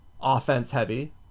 offense-heavy